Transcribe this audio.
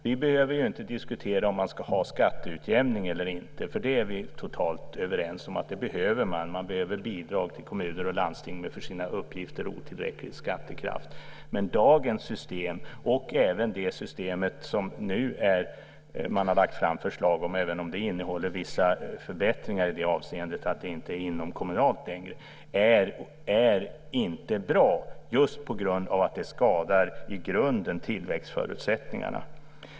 Vi behöver inte diskutera om man ska ha skatteutjämning eller inte. Vi är totalt överens om att det behövs. Det behövs bidrag till kommuner och landsting som har otillräcklig skattekraft för sina utgifter. Det förslag som nu har lagts fram innehåller vissa förbättringar i det avseendet att det inte är inomkommunalt längre. Men dagens system och det system som nu föreslås är inte bra. Det skadar i grunden tillväxtförutsättningarna.